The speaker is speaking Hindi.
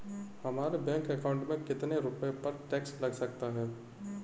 हमारे बैंक अकाउंट में कितने रुपये पर टैक्स लग सकता है?